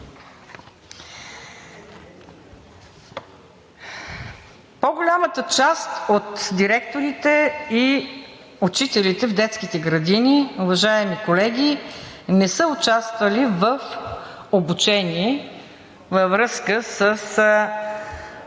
По голямата част от директорите и учителите в детските градини, уважаеми колеги, не са участвали в обучение във връзка с